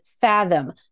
fathom